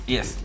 Yes